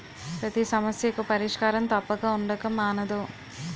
పతి సమస్యకు పరిష్కారం తప్పక ఉండక మానదు